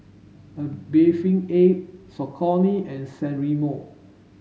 A Bathing Ape Saucony and San Remo